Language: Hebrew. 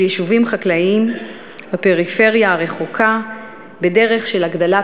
יישובים חקלאיים בפריפריה הרחוקה בדרך של הגדלת